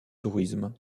tourisme